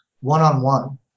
one-on-one